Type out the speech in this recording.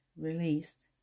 released